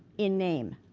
in name.